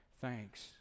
thanks